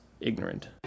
ignorant